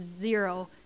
zero